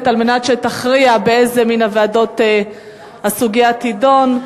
על מנת שתכריע באיזו מן הוועדות הסוגיה תידון,